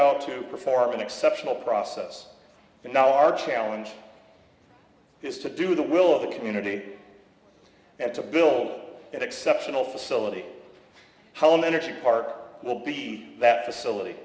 out to perform an exceptional process and now our challenge is to do the will of the community and to build that exceptional facility how an energy park will be that facility